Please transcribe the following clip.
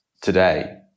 today